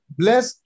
bless